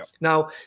Now